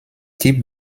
type